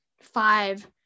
five